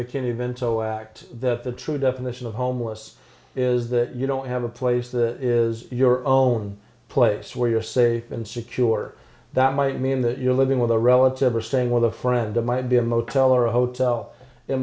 so act that the true definition of homeless is that you don't have a place that is your own place where you're safe and secure that might mean that you're living with a relative or staying with a friend that might be a motel or a hotel it